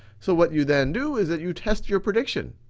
so, what you then do is that you test your prediction.